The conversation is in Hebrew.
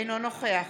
אינו נוכח